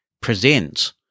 present